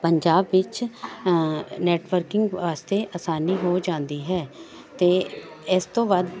ਪੰਜਾਬ ਵਿੱਚ ਨੈਟਵਰਕਿੰਗ ਵਾਸਤੇ ਆਸਾਨੀ ਹੋ ਜਾਂਦੀ ਹੈ ਅਤੇ ਇਸ ਤੋਂ ਬਾਅਦ